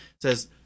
says